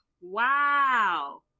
Wow